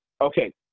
Okay